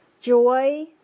Joy